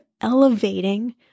elevating